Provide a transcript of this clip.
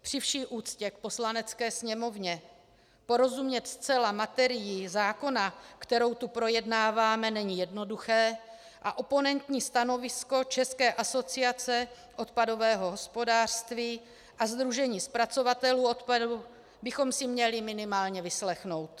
Při vší úctě k Poslanecké sněmovně, porozumět zcela materii zákona, kterou tu projednáváme, není jednoduché, a oponentní stanovisko České asociace odpadového hospodářství a Sdružení zpracovatelů odpadů bychom si měli minimálně vyslechnout.